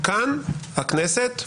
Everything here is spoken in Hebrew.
כאן הכנסת,